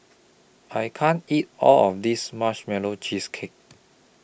I can't eat All of This Marshmallow Cheesecake